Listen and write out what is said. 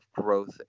growth